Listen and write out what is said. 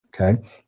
Okay